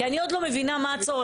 כי אני עוד לא מבינה מה הצורך.